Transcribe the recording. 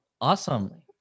Awesome